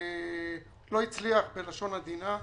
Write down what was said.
לא הצליח בלשון עדינה.